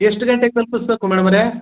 ಎಷ್ಟು ಗಂಟೆಗೆ ತಲ್ಪಿಸ್ಬೇಕು ಮೇಡಮವ್ರೇ